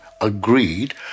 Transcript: agreed